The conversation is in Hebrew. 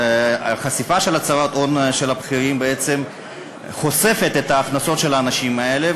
חשיפה של הצהרת ההון של הבכירים בעצם חושפת את ההכנסות של האנשים האלה,